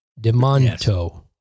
Demonto